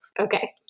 Okay